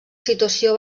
situació